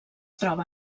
troba